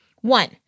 One